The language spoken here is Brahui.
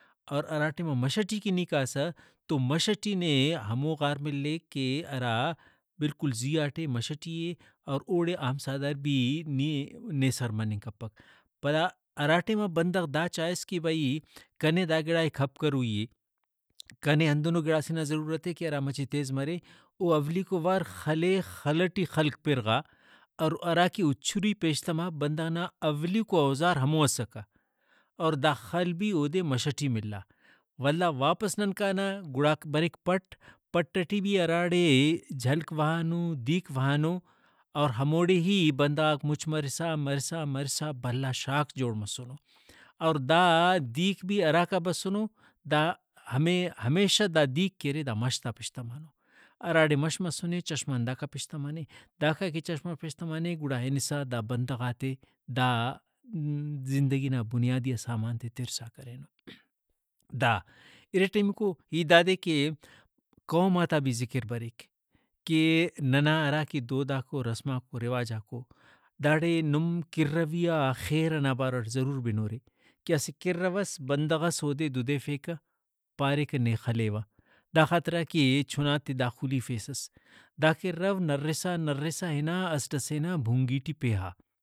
اور ہرا ٹائما کہ مش ٹی کہ نی کاسہ تو مش ٹی نے ہمو غار ملیک کہ ہرا بالکل زیہا ٹے مش ٹی اے اور اوڑے عام سادارک بھی نے نے سر مننگ کپک۔ پدا ہرا ٹائما بندغ دا چائس کہ بھئی کنے دا گڑائے کپ کروئی اے کنے ہندنو گڑاسے نا ضرورت اے کہ ہرا مچہ تیز مرے او اولیکو وار خلے خل ٹی خلک پِرغا اور ہراکہ او چُری پیشتما بندغ نا اولیکو اوزار ہمو اسکہ اور دا خل بھی اودے مش ٹی ملا ولدا واپس نن کانہ گڑا بریک پٹ پٹ ٹی بھی اراڑے جھلک وہانو دیرک وہانو اور ہموڑے ہی بندغاک مُچ مرسا مرسا مرسا بھلا شارک جوڑ مسنو اور دا دیرک بھی ہراکا بسُنو دا ہمے ہمیشہ دا دیرک کہ ارے مشتا پیشتمانوہراڑے مش مسنے چشمہ ہنداکا پیشتمانے داکا کہ چشمہ پیشتمانے گڑا ہنسا دا بندغاتے دا زندگی نا بنیادیئا سامان تے ترسا کرینو۔ دا ارٹمیکو ہیت دادے کہ قوماتا بھی زکر بریک کہ ننا ہراکہ دوداکو رسماکو رواجاکو داڑے نم کرۤوی آ خیر ئنا باروٹ ضرور بنورے کہ اسہ کِرۤو ئس بندغس اودے دُودیفیکہ پاریکہ نے خلیوہ دا خاطراکہ چُھناتے دا خُلیفیسس دا کِرۤو نرۤسا نرۤسا ہنا اسٹ اسے نا بُھنگی ٹی پیہا